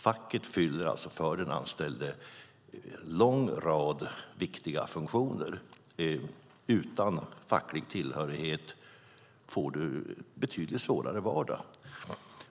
Facket fyller alltså för den anställde en lång rad viktiga funktioner. Utan facklig tillhörighet får man en betydligt svårare vardag.